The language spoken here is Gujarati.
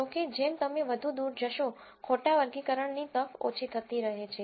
જો કે જેમ તમે વધુ દૂર જશો ખોટા વર્ગીકરણની તક ઓછી થતી રહે છે